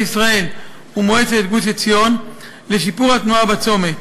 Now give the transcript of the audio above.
ישראל" ומועצת גוש-עציון לשיפור התנועה בצומת.